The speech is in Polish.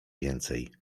więcej